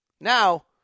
Now